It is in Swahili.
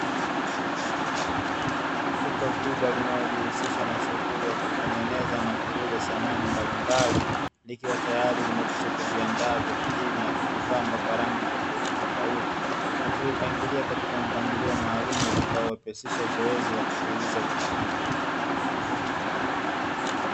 Duka kubwa linalojihusisha na shughuli ya kutengeneza na kuuza samani mbalimbali, likiwa tayari limekwisha kuviandaa viti hivi na kuvipamba kwa rangi tofautitofauti, na kuvipangilia katika mpangilio maalumu utakaowepesisha zoezi la kuviuza viti hivyo.